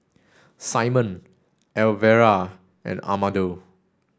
Simon Elvera and Amado